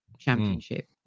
championship